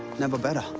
never better.